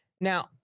now